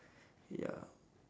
ya